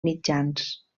mitjans